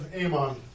Amon